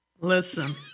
Listen